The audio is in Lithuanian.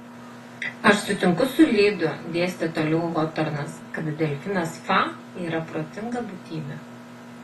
aš sutinku su lydu dėstė toliau hotornas kad delfinas fa yra protinga būtybė